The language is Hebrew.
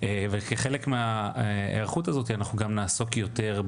וחבל שלא אמרו לנו.